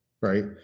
Right